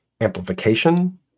amplification